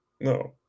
No